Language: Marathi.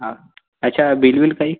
हा ह्याचा बिल विल काही